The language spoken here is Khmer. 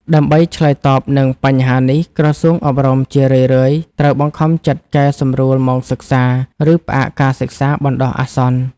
ដើម្បីឆ្លើយតបនឹងបញ្ហានេះ ក្រសួងអប់រំជារឿយៗត្រូវបង្ខំចិត្តកែសម្រួលម៉ោងសិក្សា ឬផ្អាកការសិក្សាបណ្តោះអាសន្ន។